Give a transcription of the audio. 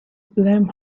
blame